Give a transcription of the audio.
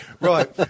Right